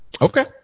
Okay